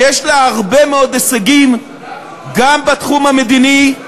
שיש לה הרבה מאוד הישגים, גם בתחום המדיני,